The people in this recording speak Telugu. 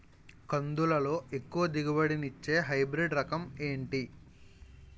కందుల లో ఎక్కువ దిగుబడి ని ఇచ్చే హైబ్రిడ్ రకం ఏంటి?